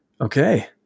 Okay